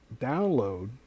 download